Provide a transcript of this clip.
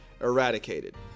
eradicated